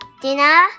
Dinner